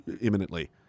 imminently